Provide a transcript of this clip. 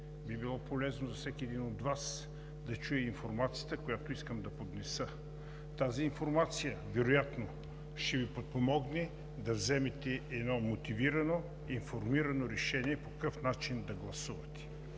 би било полезно за всеки един от Вас да чуе информацията, която искам да поднеса. Тази информация вероятно ще Ви подпомогне да вземете едно мотивирано, информирано решение по какъв начин да гласувате.